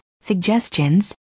suggestions